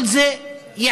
כל זה ייעלם.